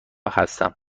هستم